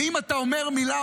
ואם אתה אומר מילה,